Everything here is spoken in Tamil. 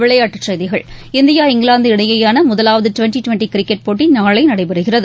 விளையாட்டுச் செய்திகள் இந்தியா இங்கிலாந்து இடையேயான முதலாவது டுவெண்டி டுவெண்டி கிரிக்கெட் போட்டி நாளை நடைபெறுகிறது